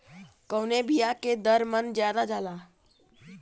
कवने बिया के दर मन ज्यादा जाला?